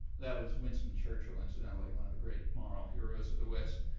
that was winston churchill, incidentally, one of the great moral heroes of the west.